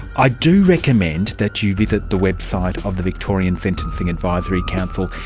i do recommend that you visit the website of the victorian sentencing advisory council,